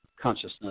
consciousness